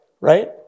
right